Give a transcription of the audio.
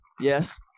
yes